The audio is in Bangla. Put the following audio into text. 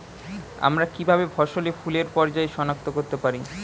আমরা কিভাবে ফসলে ফুলের পর্যায় সনাক্ত করতে পারি?